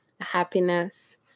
happiness